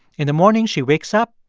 in the morning, she wakes up,